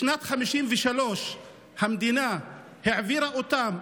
בשנת 1953 המדינה העבירה אותם,